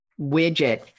widget